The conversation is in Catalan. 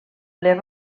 les